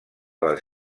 les